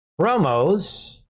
promos